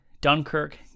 Dunkirk